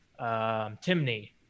Timney